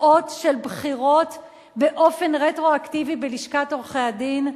תוצאות של בחירות באופן רטרואקטיבי בלשכת עורכי-הדין,